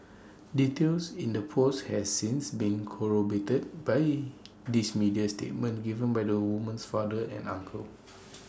details in the post has since been corroborated by these media statements given by the woman's father and uncle